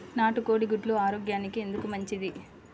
నాటు కోడి గుడ్లు ఆరోగ్యానికి ఎందుకు మంచిది?